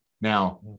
Now